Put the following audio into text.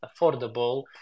affordable